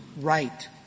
right